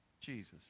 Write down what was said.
Jesus